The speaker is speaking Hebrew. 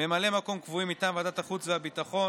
ממלאי מקום קבועים מטעם ועדת החוץ והביטחון,